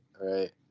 Right